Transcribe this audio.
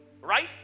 right